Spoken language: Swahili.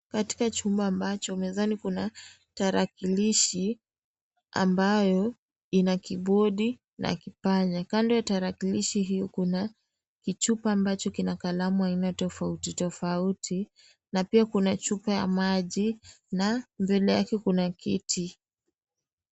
Ni katika chumba ambacho mezani kuna tarakilishi ambayo ina Kibodi na kipanya. Kando kwa tarakilishi hiyo kuna kichupa ambacho kina kalamu aina tofauti tofauti na pia kuna chupa ya maji na mbele yake kuna kiti.